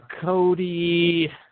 Cody